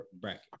bracket